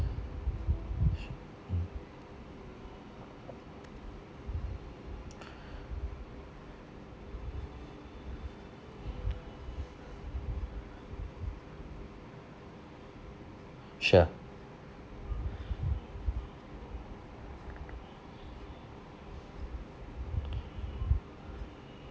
sure